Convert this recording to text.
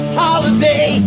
holiday